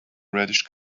reddish